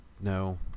No